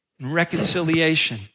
reconciliation